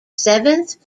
seventh